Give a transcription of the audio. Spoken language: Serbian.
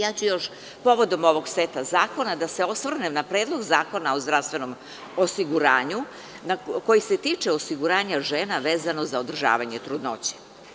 Ja ću još povodom ovog seta zakona da se osvrnem na Predlog zakona o zdravstvenom osiguranju, koji se tiče osiguranja žena, vezano za održavanje trudnoće.